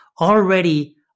already